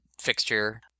fixture